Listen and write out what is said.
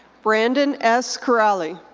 brandon s. kiraly.